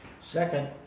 Second